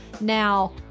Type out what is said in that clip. Now